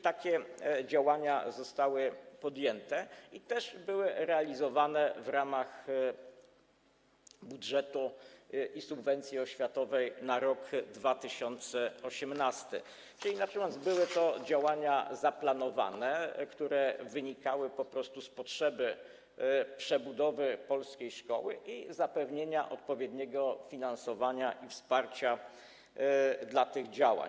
Takie działania zostały podjęte i były realizowane w ramach budżetu i subwencji oświatowej na rok 2018, czyli inaczej mówiąc, były to działania zaplanowane, które wynikały z potrzeby przebudowy polskiej szkoły i zapewnienia odpowiedniego finansowania i wsparcia tych działań.